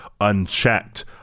unchecked